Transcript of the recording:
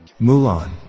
Mulan